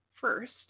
first